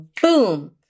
boom